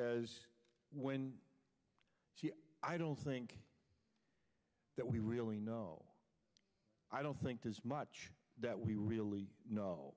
because when i don't think that we really know i don't think there's much that we really know